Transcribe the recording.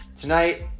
Tonight